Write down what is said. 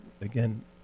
again